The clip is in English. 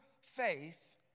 faith